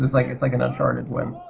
it's like it's like in uncharted when